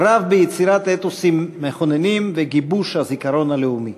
רב ביצירת אתוסים מכוננים וגיבוש הזיכרון הלאומי.